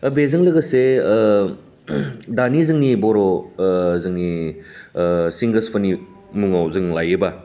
दा बेजों लोगोसे दानि जोंनि बर' जोंनि सिंगार्सफोरनि मुङाव जों लायोब्ला